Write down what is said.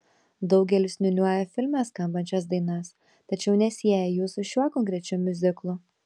daugelis niūniuoja filme skambančias dainas tačiau nesieja jų su šiuo konkrečiu miuziklu